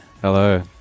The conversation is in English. Hello